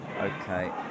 okay